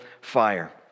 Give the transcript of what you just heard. fire